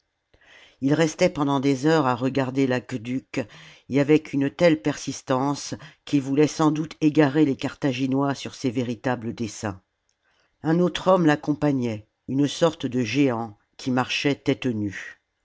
il restait pendant des heures à regarder l'aqueduc et avec une telle persistance qu'il voulait sans doute salammbô j égarer les carthaginois sur ses véritables desseins un autre homme l'accompagnait une sorte de géant qui marchait